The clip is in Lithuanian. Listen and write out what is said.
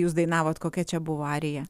jūs dainavot kokia čia buvo arija